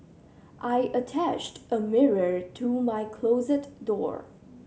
I attached a mirror to my closet door